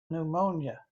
pneumonia